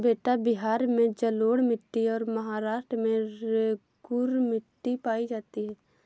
बेटा बिहार में जलोढ़ मिट्टी और महाराष्ट्र में रेगूर मिट्टी पाई जाती है